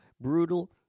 brutal